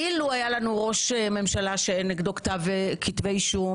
אילו היה לנו ראש ממשלה שאין נגדו כתב כתבי אישום,